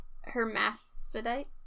hermaphrodite